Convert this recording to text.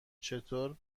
چطور